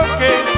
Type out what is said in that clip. Okay